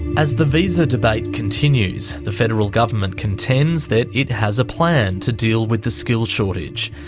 as the visa debate continues, the federal government contends that it has a plan to deal with the skills shortage.